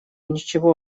ничего